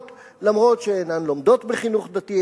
אף-על-פי שאינן לומדות בחינוך דתי,